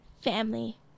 Family